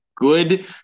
Good